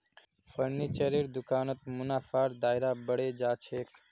फर्नीचरेर दुकानत मुनाफार दायरा बढ़े जा छेक